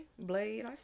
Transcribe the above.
blade